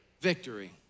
victory